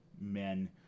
men